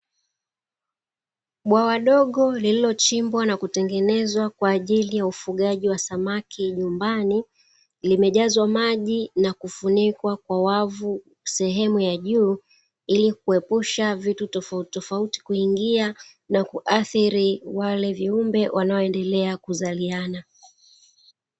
Bwawa dogo lililochibwa na kutengenezwa kwa ajili ya ufugaji wa samaki nyumbani, limejazwa maji na kufunikwa kwa wavu sehemu ya juu, ili kuepusha vitu tofautitofauti kuingia na kuathiri wale viumbe wanaoendelea kuzaliana.